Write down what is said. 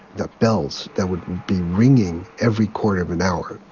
the bells that would be ringing every quarter of an hour.